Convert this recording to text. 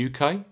UK